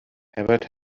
herbert